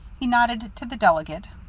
he nodded to the delegate.